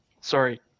Sorry